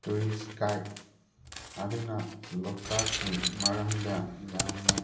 tourist guide ꯑꯗꯨꯅ ꯂꯣꯛꯇꯥꯛꯀꯤ ꯃꯔꯝꯗ ꯌꯥꯝꯅ